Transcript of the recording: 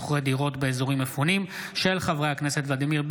ומוזיאונים בגין ירידה בהכנסות כתוצאה ממלחמת חרבות